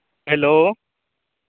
hello